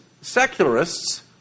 secularists